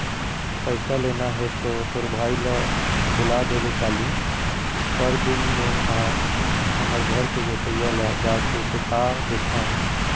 पइसा लेना हे तो तोर भाई ल बुला देबे काली, परनदिन में हा हमर घर के गोसइया ल जाके चेता देथव